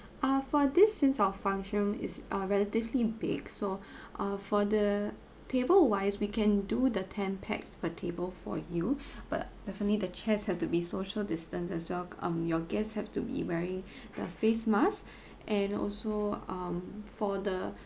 uh for this since our function room is uh relatively big so uh for the table wise we can do the ten pax per table for you but definitely the chairs have to be social distance as well um your guests have to be wearing the face masks and also um for the